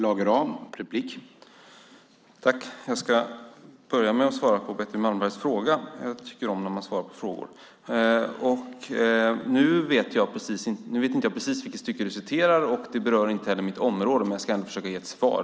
Herr talman! Jag ska börja med att svara på Betty Malmbergs fråga - jag tycker om när man svarar på frågor. Nu vet jag inte precis vilket stycke hon citerade. Det berör inte heller mitt område, men jag ska ändå försöka ge ett svar.